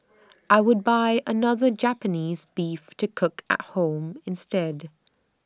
I would buy another Japanese Beef to cook at home instead